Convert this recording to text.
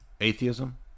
atheism